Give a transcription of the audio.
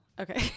Okay